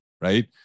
right